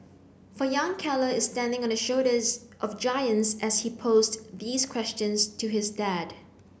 for young Keller is standing on the shoulders of giants as he posed these questions to his dad